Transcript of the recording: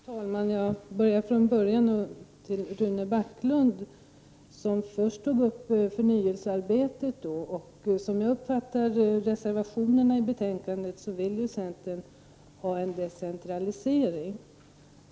Herr talman! Jag börjar från början med Rune Backlund, som först tog upp förnyelsearbetet. Som jag uppfattar reservationerna i betänkandet vill centern ha en decentralisering.